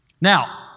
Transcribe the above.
Now